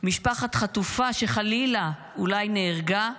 משפחת חטופה, שחלילה, אולי נהרגה?